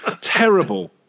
Terrible